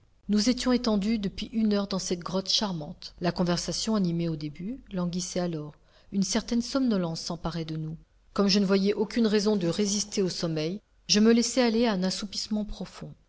nous étions étendus depuis une heure dans cette grotte charmante la conversation animée au début languissait alors une certaine somnolence s'emparait de nous comme je ne voyais aucune raison de résister au sommeil je me laissai aller à un assoupissement profond